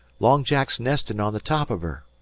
long jack's nestin' on the top of her.